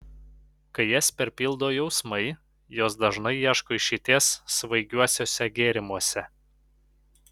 kai jas perpildo jausmai jos dažnai ieško išeities svaigiuosiuose gėrimuose